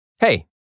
Hey